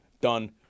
done